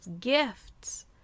gifts